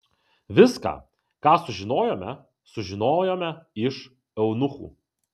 viską ką sužinojome sužinojome iš eunuchų